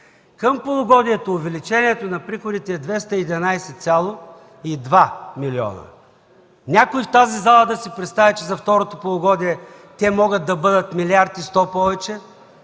Към полугодието увеличението на приходите е 211,2 млн. лв. Някой в тази зала да си представя, че за второто полугодие те могат да бъдат 1 млрд. 100 млн.